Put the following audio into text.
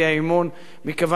מכיוון שברור בעליל,